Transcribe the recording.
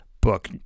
book